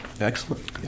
Excellent